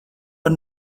par